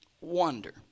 wonder